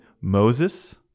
Moses